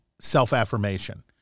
self-affirmation